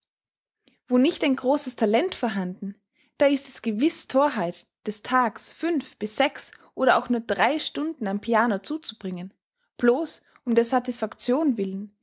wo nicht ein großes talent vorhanden da ist es gewiß thorheit des tags fünf bis sechs oder auch nur drei stunden am piano zuzubringen bloß um der satisfaction willen